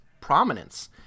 prominence